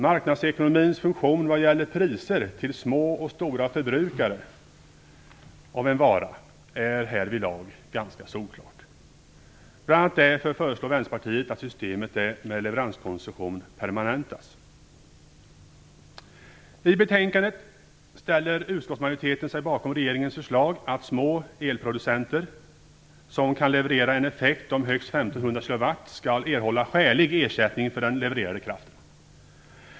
Marknadsekonomins funktion vad gäller priser till små och stora förbrukare av en vara är härvidlag ganska solklar. Bl.a. därför föreslår Vänsterpartiet att systemet med leveranskoncession permanentas. I betänkandet ställer utskottsmajoriteten sig bakom regeringens förslag att små elproducenter som kan leverera en effekt om högst 1 500 kW skall erhålla skälig ersättning för den levererade kraften.